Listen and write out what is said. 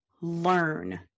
learn